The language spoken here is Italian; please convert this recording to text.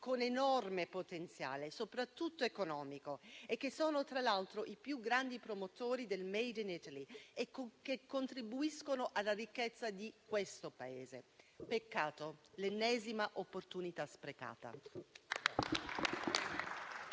con enorme potenziale, soprattutto economico, e che sono tra l'altro i più grandi promotori del *made in Italy* e contribuiscono alla ricchezza di questo paese. Peccato, l'ennesima opportunità sprecata.